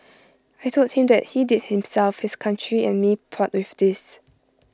I Told him that he did himself his country and me proud with this